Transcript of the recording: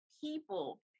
people